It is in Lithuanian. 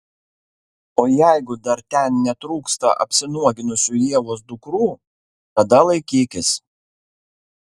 o jeigu dar ten netrūksta apsinuoginusių ievos dukrų tada laikykis